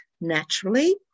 naturally